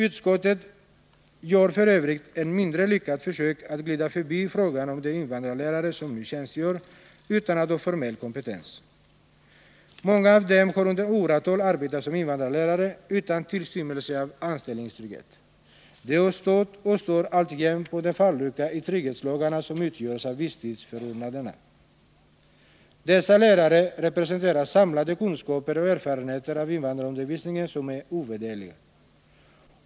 Utskottet gör f. ö. ett mindre lyckat försök att glida förbi frågan om de invandrarlärare som nu tjänstgör utan att ha formell kompetens. Många av dem har under åratal arbetat som invandrarlärare utan tillstymmelse till anställningstrygghet. De har stått och står alltjämt på den fallucka i trygghetslagarna som utgörs av visstidsförordnandena. Dessa lärare representerar samlade kunskaper och erfarenheter av invandrarundervisning som är ovärderliga.